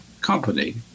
company